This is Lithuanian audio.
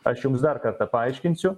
aš jums dar kartą paaiškinsiu